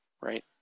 right